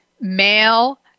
male